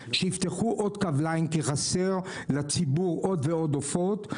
שיפתחו עוד קו כי חסר לציבור עוד ועוד עופות,